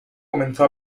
comenzó